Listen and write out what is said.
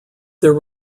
there